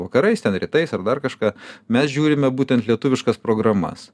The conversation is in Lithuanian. vakarais ten rytais ar dar kažką mes žiūrime būtent lietuviškas programas